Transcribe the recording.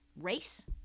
Race